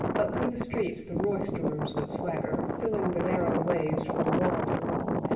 up through the streets the roisterers would swagger, filling the narrow ways from wall to wall,